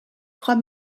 trois